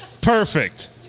perfect